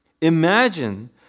Imagine